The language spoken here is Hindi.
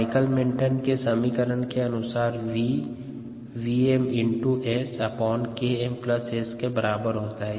माइकलिस मेन्टेन समीकरण के अनुसार v VmSKmS के बराबर होता है